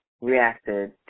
reacted